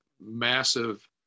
massive